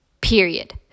Period